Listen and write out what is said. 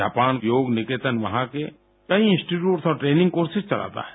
Japan Yoga Niketan वहां के कई इंस्टीट्यूट और ट्रेनिंग कोर्सेज चलाता है